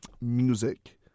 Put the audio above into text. music